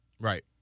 Right